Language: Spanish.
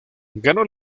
ganó